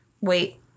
wait